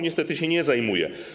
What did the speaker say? Niestety się nie zajmuje.